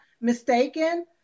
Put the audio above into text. mistaken